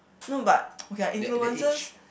no but okay ah influences